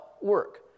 work